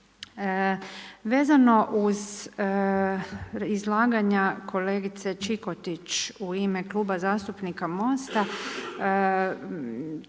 Vezano uz izlaganja kolegice Čikotić u ime Kluba zastupnika MOST-a